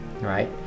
right